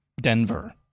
Denver